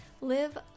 live